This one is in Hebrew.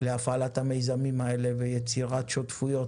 להפעלת המיזמים האלה ויצירת שותפויות